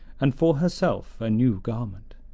and for herself a new garment.